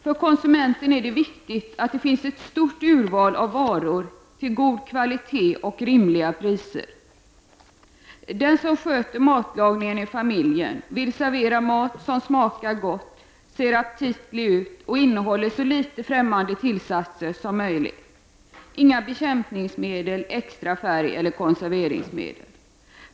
För konsumenten är det viktigt med ett stort urval av varor till god kvalitet och rimliga priser. Den som sköter matlagningen i familjen vill servera mat som smakar gott, ser aptitlig ut och som innehåller så litet ffrämmande tillsatser som möjligt — inga bekämpningsmedel, extra färg eller konserveringsmedel.